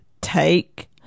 Take